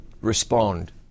respond